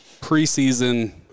preseason